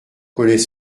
connaît